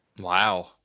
wow